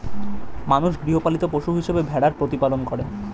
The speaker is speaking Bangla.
মানুষ গৃহপালিত পশু হিসেবে ভেড়ার প্রতিপালন করে